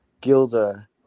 Gilda